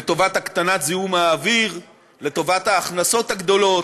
לטובת הקטנת זיהום האוויר, לטובת ההכנסות הגדולות,